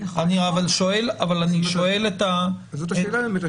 זאת השאלה באמת,